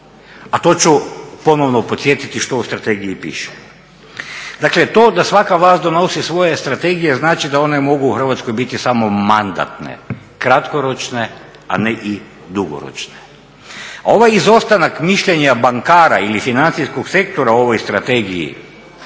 a to ću ponovno podsjetiti što u strategiji piše. Dakle to da svaka vlast donosi svoje strategije znači da one u hrvatskoj mogu biti samo mandatne, kratkoročne, a ne i dugoročne. A ovaj izostanak mišljenja bankara ili financijskog sektora u ovoj strategiji